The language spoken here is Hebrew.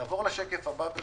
נעבור לשקף הבא.